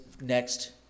next